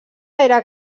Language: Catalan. era